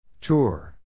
Tour